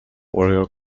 warrior